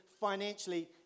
financially